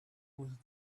with